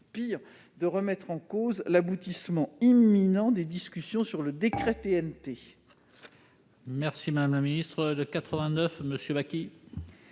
pire, de remettre en cause l'aboutissement imminent des discussions sur le décret TNT.